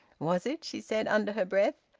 was it? she said, under her breath.